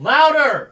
Louder